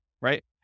right